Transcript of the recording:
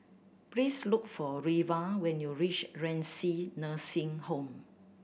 please look for Reva when you reach Renci Nursing Home